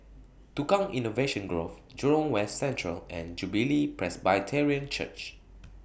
Tukang Innovation Grove Jurong West Central and Jubilee Presbyterian Church